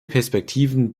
perspektiven